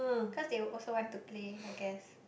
cause they also want to play I guess